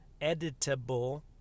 editable